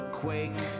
quake